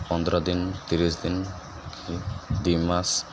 ପନ୍ଦର ଦିନ ତିରିଶ ଦିନ ଦୁଇ ମାସ